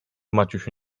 maciusiu